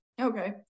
Okay